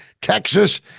Texas